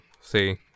see